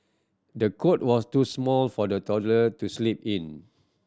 the cot was too small for the toddler to sleep in